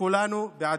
וכולנו בעדו.